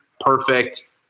perfect